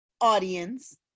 audience